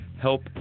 help